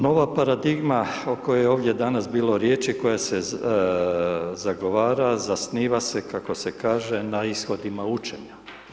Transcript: Nova paradigma o kojoj je ovdje danas bilo riječi, koja se zagovara, zasniva se, kako se kaže, na ishodima učenja.